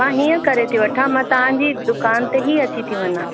हां हीअं करे थी वठां मां तव्हांजी दुकान ते ही अची थी वञा